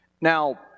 Now